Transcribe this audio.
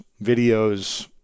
videos